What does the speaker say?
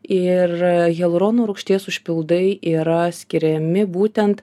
ir hialurono rūgšties užpildai yra skiriami būtent